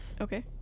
Okay